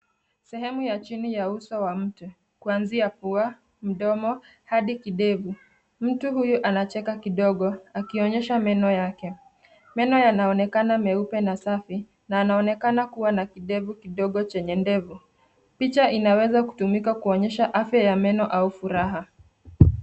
Sehemu ya chini ya uso wa mtu, kuanzia pua, mdomo hadi kidevu. Mtu huyu anacheka kidogo akionyesha meno yake. Meno yanaonekana meupe na safi na anaonekana kuwa na kidevu kidogo chenye ndevu. Picha inaweza kutumika kuonyesha afya ya meno au furaha.